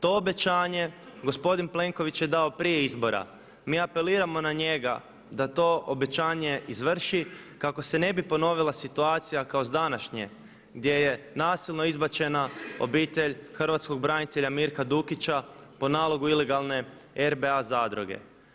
To obećanje gospodin Plenković je dao prije izbora, mi apeliramo na njega da to obećanje izvrši kako se ne bi ponovila situacija kao sa današnje gdje je nasilno izbačena obitelj hrvatskog branitelja Mirka Dukića po nalogu ilegalne RBA zadruge.